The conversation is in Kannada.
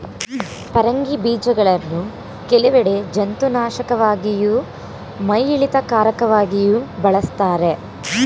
ಪರಂಗಿ ಬೀಜಗಳನ್ನು ಕೆಲವೆಡೆ ಜಂತುನಾಶಕವಾಗಿಯೂ ಮೈಯಿಳಿತಕಾರಕವಾಗಿಯೂ ಬಳಸ್ತಾರೆ